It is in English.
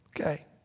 Okay